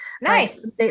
nice